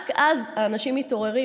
רק אז אנשים מתעוררים,